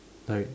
like